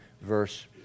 verse